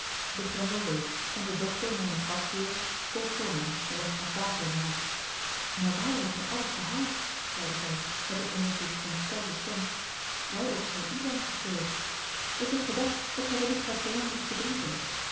de grendel week en de dochter mijne gastheers stond voor mij met een glas water in de hand mijn vader heeft mij alles verhaald zeide zij met een eenigszins ontstelde stem wij ook zijn u dank verschuldigd ik heb gedacht dat gij wellicht zoudt verlangen iets te drinken